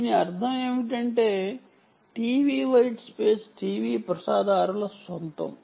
దీని అర్థం ఏమిటంటే టీవీ వైట్ స్పేస్ టీవీ ప్రసారదారుల సొంతం